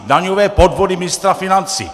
Daňové podvody ministra financí!